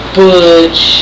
butch